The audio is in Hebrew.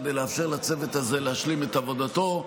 כדי לאפשר לצוות הזה להשלים את עבודתו.